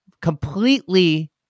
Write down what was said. completely